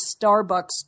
Starbucks